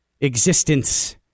existence